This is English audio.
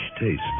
taste